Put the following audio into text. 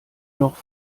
noch